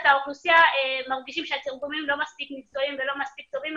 האוכלוסייה הם מרגישים שהתרגומים לא מספיק מקצועיים ולא מספיק טובים.